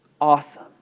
awesome